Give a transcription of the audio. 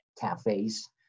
cafes